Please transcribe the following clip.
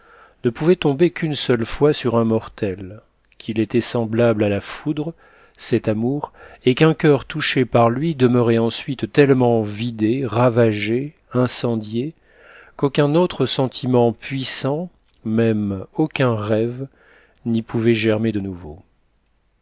ne pouvait tomber qu'une fois sur un mortel qu'il était semblable à la foudre cet amour et qu'un coeur touché par lui demeurait ensuite tellement vidé ravagé incendié qu'aucun autre sentiment puissant même aucun rêve n'y pouvait germer de nouveau